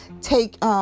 take